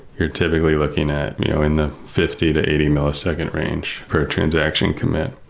you're typically looking at you know in the fifty to eighty millisecond range per transaction commit.